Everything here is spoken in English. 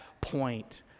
point